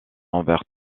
envers